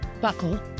buckle